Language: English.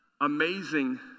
amazing